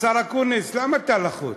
השר אקוניס, למה אתה לחוץ?